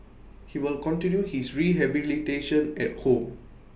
he will continue his rehabilitation at home